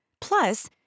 Plus